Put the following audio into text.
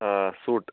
suit